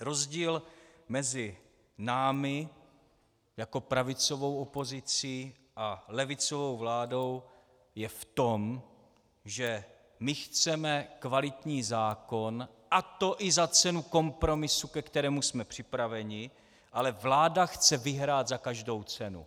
Rozdíl mezi námi jako pravicovou opozicí a levicovou vládou je v tom, že my chceme kvalitní zákon, a to i za cenu kompromisu, ke kterému jsme připraveni, ale vláda chce vyhrát za každou cenu.